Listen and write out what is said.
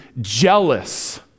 jealous